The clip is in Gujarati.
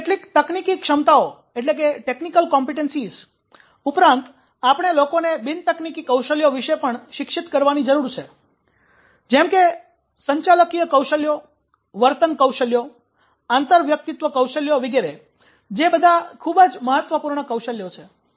તેથી કેટલીક તકનીકી ક્ષમતાઓ ઉપરાંત આપણે લોકોને બિન તકનીકી કૌશલ્યો વિષે પણ શિક્ષિત કરવાની જરૂર છે જેમ કે સંચાલકીય કૌશલ્યો વર્તન કૌશલ્યો આંતરવ્યક્તિત્વ કૌશલ્યો વિગેરે જે બધા ખૂબ જ મહત્વપૂર્ણ કૌશલ્યો છે